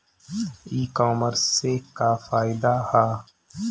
ई कामर्स से का फायदा ह?